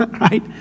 right